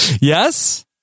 Yes